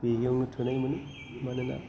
बेजोंनो थोनाय मोनो मानोना